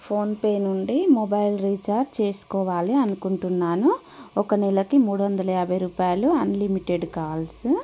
PhonePe నుండి mobile recharge చేసుకోవాలి అనుకుంటున్నాను ఒక నెలకి మూడు వందల యాభై రూపాయలు అన్లిమిటెడ్ కాల్స్